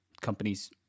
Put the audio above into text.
companies